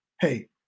hey